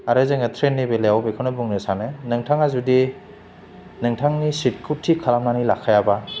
आरो जोङो ट्रेननि बेलायाव बेखौनो बुंनो सानो नोंथाङा जुदि नोंथांनि सिथखौ थिक खालामनानै लाखायाबा